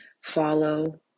follow